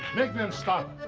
make them stop.